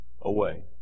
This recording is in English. away